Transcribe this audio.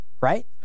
Right